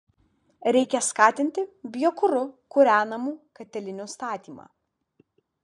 reikia skatinti biokuru kūrenamų katilinių statymą